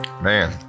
Man